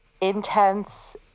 intense